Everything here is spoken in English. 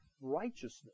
righteousness